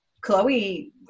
Chloe